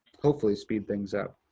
hopefully speed things up.